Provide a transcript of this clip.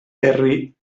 herri